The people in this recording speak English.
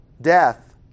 death